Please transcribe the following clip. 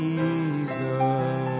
Jesus